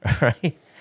right